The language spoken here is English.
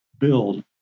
build